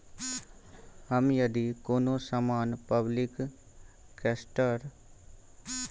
हम यदि कोनो सामान पब्लिक सेक्टर सं क्रय करलिए त ओकर भुगतान ऑनलाइन केना कैल जेतै?